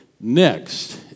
next